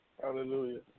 Hallelujah